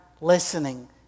Listening